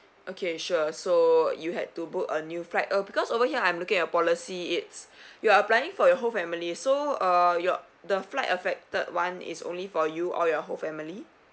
okay sure so you had to book a new flight uh because over here I'm looking at your policy it's you're applying for your whole family so uh your the flight affected [one] is only for you or your whole family